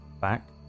back